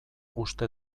uste